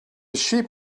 sheep